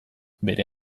bere